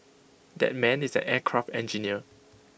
that man is an aircraft engineer